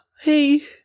Hey